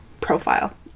profile